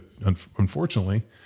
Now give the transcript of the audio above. unfortunately